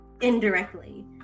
indirectly